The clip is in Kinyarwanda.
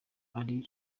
ari